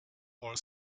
all